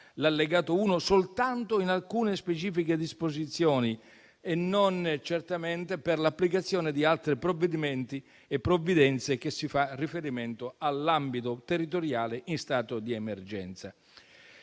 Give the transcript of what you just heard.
l'allegato 1 soltanto in alcune specifiche disposizioni e non certamente per l'applicazione di altri provvedimenti e provvidenze in cui si fa riferimento all'ambito territoriale in stato di emergenza.